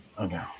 Okay